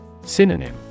Synonym